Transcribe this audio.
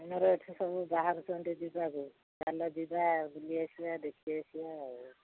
ଆମର ଏଠି ସବୁ ବାହାରୁଛନ୍ତି ଯିବାକୁ ଚାାଲ ଯିବା ବୁଲି ଆସିବା ଦେଖି ଆସିବା ଆଉ